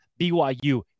BYU